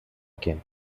quien